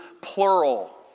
plural